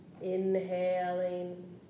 Inhaling